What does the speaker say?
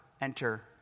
enter